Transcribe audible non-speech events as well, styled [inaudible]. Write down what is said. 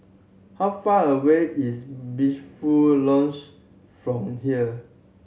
how far away is [unintelligible] [unintelligible] from here